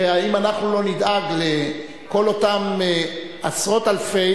ואם אנחנו לא נדאג לכל אותם עשרות אלפי